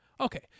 Okay